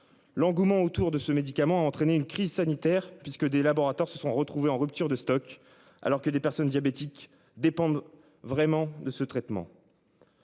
L'engouement autour de ce médicament a entraîné une crise sanitaire puisque des laboratoires se sont retrouvés en rupture de stock. Alors que des personnes diabétiques dépendent vraiment de ce traitement.